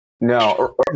No